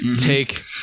take